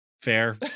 Fair